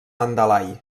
mandalay